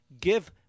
give